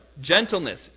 gentleness